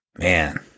Man